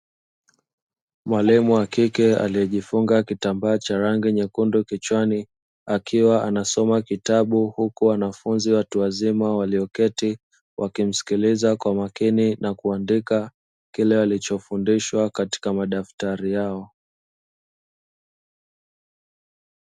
Mwalimu wa kike, aliyejifunga kitambaa cha rangi nyekundu kichwani. Akiwa anasoma kitabu, huku wanafunzi watu wazima walioketi, wakimsikiliza kwa makini na kuandika, kile walichofundishwa katika madaftari yao.